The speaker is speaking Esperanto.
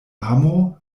amo